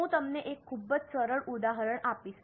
હું તમને એક ખૂબ જ સરળ ઉદાહરણ આપીશ